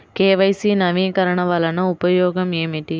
KYC నవీకరణ వలన ఉపయోగం ఏమిటీ?